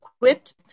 quit